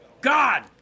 God